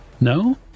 No